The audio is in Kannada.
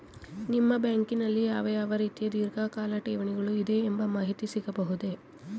ನಿಮ್ಮ ಬ್ಯಾಂಕಿನಲ್ಲಿ ಯಾವ ಯಾವ ರೀತಿಯ ಧೀರ್ಘಕಾಲ ಠೇವಣಿಗಳು ಇದೆ ಎಂಬ ಮಾಹಿತಿ ಸಿಗಬಹುದೇ?